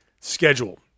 schedule